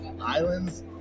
Islands